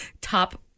top